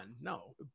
No